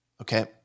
Okay